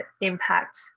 impact